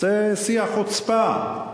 זה שיא החוצפה.